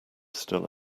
still